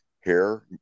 Hair